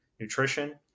nutrition